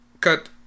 cut